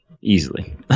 Easily